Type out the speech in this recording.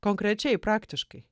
konkrečiai praktiškai